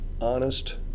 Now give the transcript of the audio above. honest